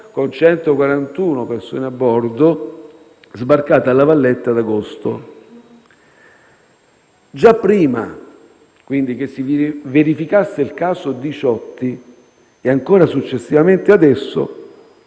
con 141 perone a bordo, sbarcate a La Valletta ad agosto. Già prima, quindi, che si verificasse il caso Diciotti, e ancora successivamente ad esso,